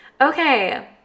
okay